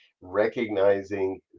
recognizing